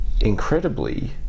incredibly